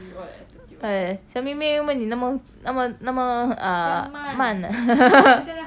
eh 小妹妹为什么你那么那么那么 err 慢